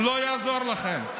לא יעזור לכם.